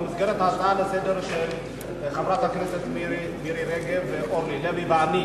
במסגרת הצעה לסדר-היום של חברות הכנסת מירי רגב ואורלי לוי ושלי.